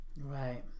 Right